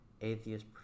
atheist